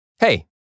Hey